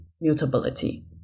mutability